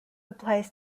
applies